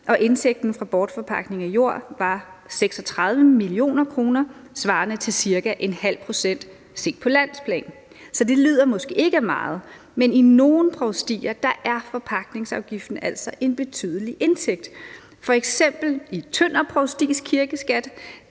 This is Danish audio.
indtægten fra bortforpagtning af jord var på 36 mio. kr., svarende til ca. ½ pct. set på landsplan. Så det lyder måske ikke af meget, men i nogle provstier er forpagtningsafgiften altså en betydelig indtægt. F.eks. i Tønder Provstis kirkeskat